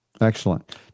Excellent